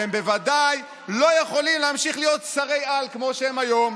והם בוודאי לא יכולים להמשיך להיות שרי-על כמו שהם היום.